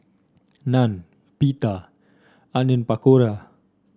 Naan Pita Onion Pakora